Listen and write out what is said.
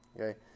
Okay